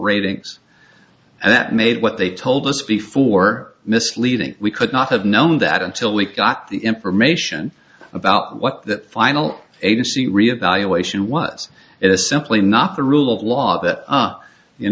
ratings and that made what they told us before misleading we could not have known that until we got the information about what the final agency reevaluation was it is simply not the rule of law that